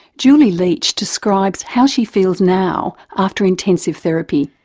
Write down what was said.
julie leitch describes how she feels now, after intensive therapy.